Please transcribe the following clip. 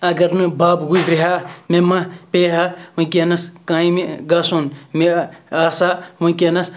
اگر نہٕ بَب گُزرِہا مےٚ ما پیٚیہِ ہا وٕنۍکٮ۪نَس کامہِ گژھُن مےٚ آسہٕ ہا وٕنۍکٮ۪نَس